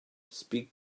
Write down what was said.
speak